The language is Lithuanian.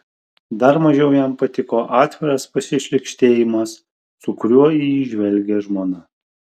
dar mažiau jam patiko atviras pasišlykštėjimas su kuriuo į jį žvelgė žmona